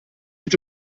mit